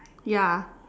ya